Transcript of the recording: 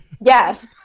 Yes